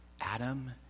adam